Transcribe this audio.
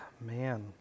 man